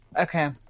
Okay